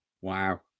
Wow